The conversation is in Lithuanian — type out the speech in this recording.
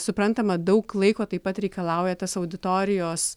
suprantama daug laiko taip pat reikalauja tas auditorijos